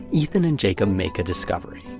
ethan and jacob make a discovery.